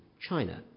China